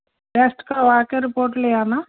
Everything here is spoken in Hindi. टेस्ट करवा कर रिपोर्ट ले आना